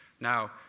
Now